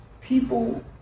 people